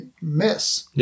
miss